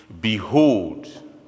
Behold